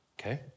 okay